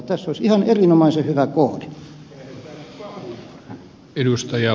tässä olisi ihan erinomaisen hyvä kohde